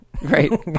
Right